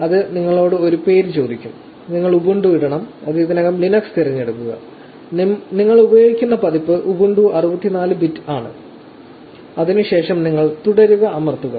ഇത് നിങ്ങളോട് ഒരു പേര് ചോദിക്കും നിങ്ങൾ ഉബുണ്ടു ഇടണം അത് ഇതിനകം ലിനക്സ് തിരഞ്ഞെടുക്കും നിങ്ങൾ ഉപയോഗിക്കുന്ന പതിപ്പ് ഉബുണ്ടു 64 ബിറ്റ് ആണ് അതിനു ശേഷം നിങ്ങൾ 'തുടരുക' അമർത്തുക